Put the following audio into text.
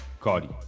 Cardi